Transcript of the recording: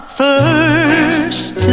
first